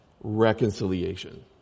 reconciliation